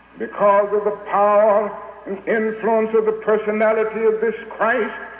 because of the power and influence of the personality of this christ,